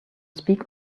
speak